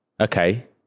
Okay